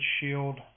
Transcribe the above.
shield